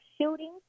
shooting